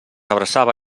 abraçava